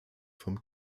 vom